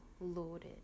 loaded